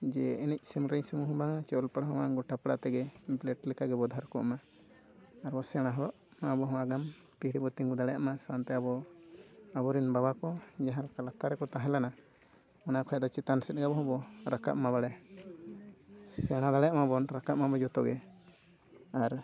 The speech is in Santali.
ᱡᱮ ᱮᱱᱮᱡ ᱥᱮᱨᱮᱧ ᱥᱩᱢᱩᱝ ᱦᱚᱸ ᱵᱟᱝᱟ ᱪᱮ ᱚᱞ ᱯᱟᱲᱦᱟᱣ ᱦᱚᱸ ᱜᱚᱴᱟ ᱯᱟᱲᱟ ᱛᱮᱜᱮ ᱵᱞᱮᱴ ᱞᱮᱠᱟ ᱜᱮᱵᱚ ᱫᱷᱟᱨ ᱠᱚᱜᱢᱟ ᱟᱨ ᱵᱚ ᱥᱮᱬᱟ ᱦᱚᱲᱚᱜ ᱢᱟ ᱟᱵᱚ ᱦᱚᱸ ᱟᱜᱟᱢ ᱯᱤᱲᱦᱤ ᱵᱚ ᱛᱤᱸᱜᱩ ᱫᱟᱲᱮᱭᱟᱜ ᱢᱟ ᱥᱟᱶᱛᱮ ᱟᱵᱚ ᱟᱵᱚ ᱨᱮᱱ ᱵᱟᱵᱟ ᱠᱚ ᱡᱟᱦᱟᱸ ᱞᱮᱠᱟ ᱞᱟᱛᱟᱨ ᱨᱮᱠᱚ ᱛᱟᱦᱮᱸ ᱞᱮᱱᱟ ᱚᱱᱟ ᱠᱷᱚᱭᱟᱜ ᱫᱚ ᱪᱮᱛᱟᱱ ᱥᱮᱫ ᱟᱵᱚ ᱦᱚᱸ ᱵᱚ ᱨᱟᱠᱟᱵᱢᱟ ᱵᱟᱲᱮ ᱥᱮᱬᱟ ᱫᱟᱲᱮᱭᱟᱜᱢᱟᱵᱚᱱ ᱨᱟᱠᱟᱵ ᱢᱟᱵᱚᱱ ᱡᱚᱛᱚ ᱜᱮ ᱟᱨ